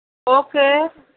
okay